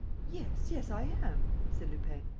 yes, yes. i am, said lupin.